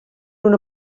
una